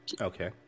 Okay